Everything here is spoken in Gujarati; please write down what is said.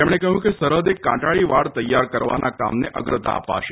તેમણે કહ્યું કે સરહદે કાંટાળી વાડ તૈયાર કરવાના કામને અગ્રતા અપાશે